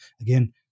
Again